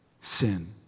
sin